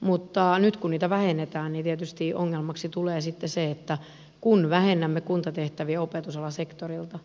mutta nyt kun niitä vähennetään tietysti ongelmaksi tulee sitten se että kun vähennämme kuntatehtäviä opetusalan sektorilta